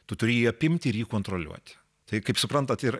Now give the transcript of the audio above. tu turi apimti ir jį kontroliuoti tai kaip suprantat ir